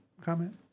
comment